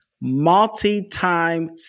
multi-time